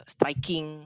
Striking